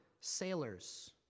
sailors